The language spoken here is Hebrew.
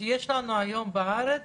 שיש לנו היום בארץ